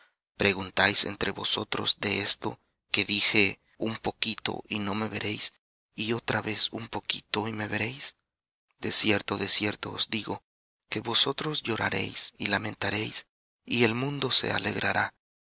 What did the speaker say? preguntáis entre vosotros de esto que dije un poquito y no me veréis y otra vez un poquito y me veréis de cierto de cierto os digo que vosotros lloraréis y lamentaréis y el mundo se alegrará